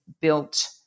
built